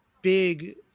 big